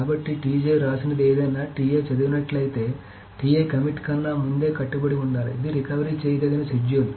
కాబట్టి వ్రాసినది ఏదైనా చదివినట్లయితే కమిట్ కన్నా ముందే కట్టుబడి ఉండాలి ఇది రికవరీ చేయదగిన షెడ్యూల్